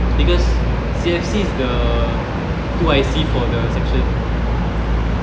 because C_F_C is the two I_C for the section